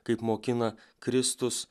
kaip mokina kristus